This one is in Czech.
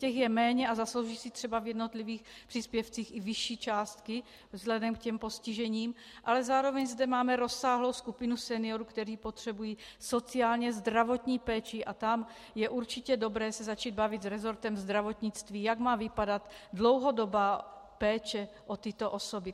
Těch je méně a zaslouží si třeba v jednotlivých příspěvcích i vyšší částky vzhledem k těm postižením, ale zároveň zde máme rozsáhlou skupinu seniorů, kteří potřebují sociálně zdravotní péči, a tam je určitě dobré se začít bavit s resortem zdravotnictví, jak má vypadat dlouhodobá péče o tyto osoby.